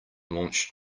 launched